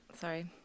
sorry